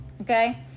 Okay